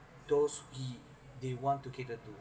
those he they wanted to cater to